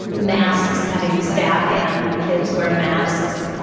masks, having staff and kids wear masks,